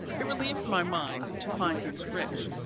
it relieved my mind to find he was rich,